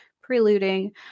preluding